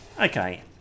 okay